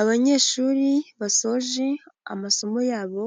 Abanyeshuri basoje amasomo yabo